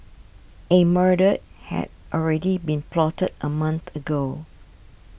a murder had already been plotted a month ago